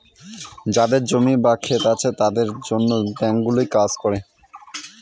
যাদের জমি বা ক্ষেত আছে তাদের জন্য ব্যাঙ্কগুলো কাজ করে